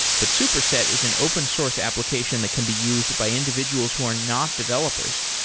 but superset is an open source application that can be used by individuals who are not developers,